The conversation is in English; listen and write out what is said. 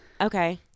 Okay